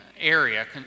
area